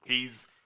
hes